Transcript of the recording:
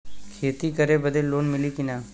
खेती करे बदे लोन मिली कि ना?